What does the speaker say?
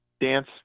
dance